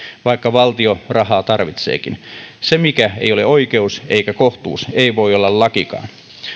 vaikka valtio rahaa tarvitseekin se mikä ei ole oikeus eikä kohtuus ei voi olla lakikaan